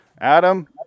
Adam